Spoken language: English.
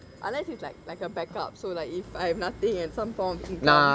unless it's like like a backup so like if I have nothing and some form of income